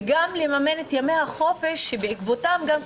וגם לממן את ימי החופש שבעקבותיהם אחד